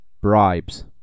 bribes